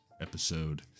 episode